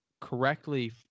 correctly